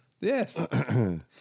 yes